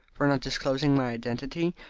for not disclosing my identity?